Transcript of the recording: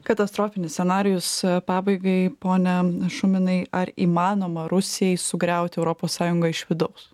katastrofinius scenarijus pabaigai pone šuminai ar įmanoma rusijai sugriauti europos sąjungą iš vidaus